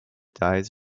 dyes